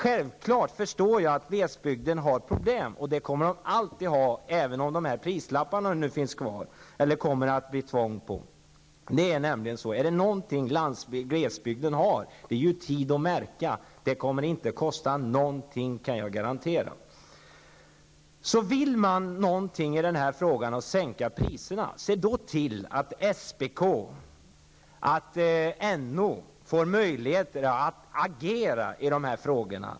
Jag förstår självfallet att glesbygden har problem. Det kommer man alltid att ha på glesbygden, oavsett om det blir tvång på att ha prislappar. Men om det är något som man har på landsbygden, så är det tid att märka varor. Jag kan garantera att det inte kommer att kosta någonting. Om man vill sänka priserna, se då till att SPK och NO får möjligheter att agera i dessa frågor!